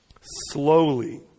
slowly